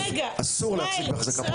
אסור להחזיק בהחזקה פרטית.